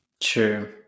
True